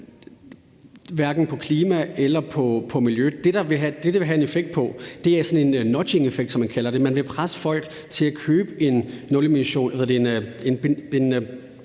hverken på klima eller på miljø. Det, det vil have en effekt på, er sådan en nudgingeffekt, som man kalder det: Man vil presse folk til at købe